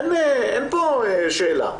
אין פה שאלה,